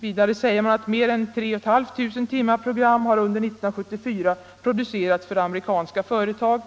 --- Mer än 3 500 timmar program har under 1974 producerats för amerikanska företag.